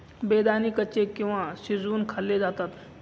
बेदाणे कच्चे किंवा शिजवुन खाल्ले जातात